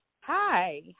Hi